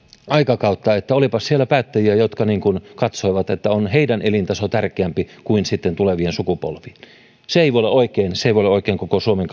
aikakautta että olipas siellä päättäjiä jotka katsoivat että heidän elintasonsa on tärkeämpi kuin sitten tulevien sukupolvien se ei voi olla oikein se ei voi olla oikein koko suomen